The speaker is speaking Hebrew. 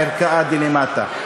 הערכאה דלמטה.